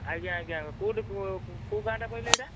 ଆଜ୍ଞା ଆଜ୍ଞା କେଉଁଠି କେଉଁ ଗାଁଟା କହିଲେ ଏଇଟା